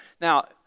Now